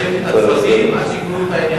אמרתי שימשיכו לשבת הצוותים עד שיגמרו את העניין.